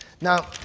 Now